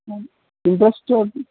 interest